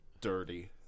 dirty